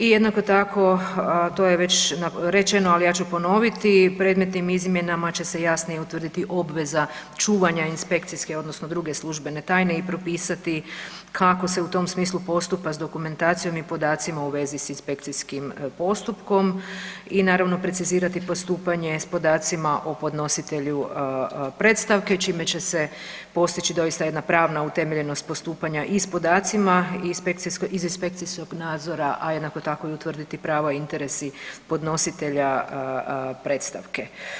I jednako tako to je već rečeno, ali ja ću ponoviti, predmetnim izmjenama će se jasnije utvrditi obveza čuvanja inspekcijske odnosno druge službene tajne i propisati kako se u tom smislu postupa s dokumentacijom i podacima u vezi s inspekcijskim postupkom i naravno precizirati postupanje s podacima o podnositelju predstavke čime će se postići doista jedna pravna utemeljenost postupanja i s podacima iz inspekcijskog nadzora, a jednako tako utvrditi pravo i interese podnositelja predstavke.